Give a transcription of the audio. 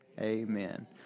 amen